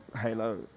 halo